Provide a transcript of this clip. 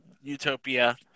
Utopia